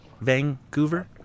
Vancouver